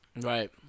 Right